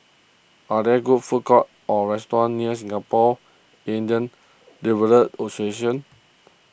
are there good food courts or restaurants near Singapore Indian Develop Association